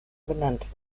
benannt